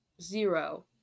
Zero